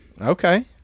okay